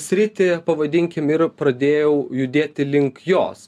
sritį pavadinkim ir pradėjau judėti link jos